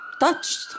touched